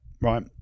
right